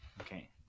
Okay